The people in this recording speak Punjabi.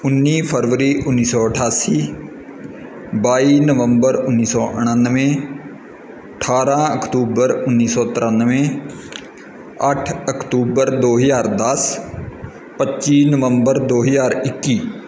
ਉੱਨੀ ਫਰਵਰੀ ਉੱਨੀ ਸੌ ਅਠਾਸੀ ਬਾਈ ਨਵੰਬਰ ਉੱਨੀ ਸੌ ਉਣਾਨਵੇਂ ਅਠਾਰਾਂ ਅਕਤੂਬਰ ਉੱਨੀ ਸੌ ਤਰਾਨਵੇਂ ਅੱਠ ਅਕਤੂਬਰ ਦੋ ਹਜ਼ਾਰ ਦਸ ਪੱਚੀ ਨਵੰਬਰ ਦੋ ਹਜ਼ਾਰ ਇੱਕੀ